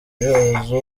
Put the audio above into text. yazo